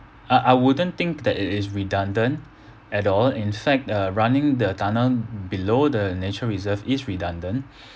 I I wouldn't think that it is redundant at all in fact uh running the tunnel below the nature reserve is redundant